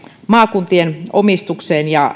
maakuntien omistukseen ja